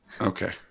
Okay